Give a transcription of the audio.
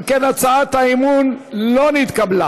אם כן, הצעת האי-אמון לא נתקבלה.